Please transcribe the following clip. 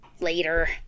Later